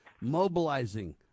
mobilizing